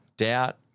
doubt